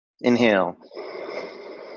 Inhale